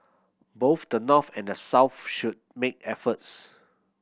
both the North and the South should make efforts